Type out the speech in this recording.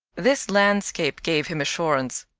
this landscape gave him assurance.